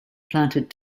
planted